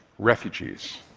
refugees.